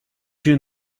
you